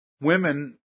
women